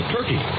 turkey